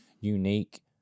unique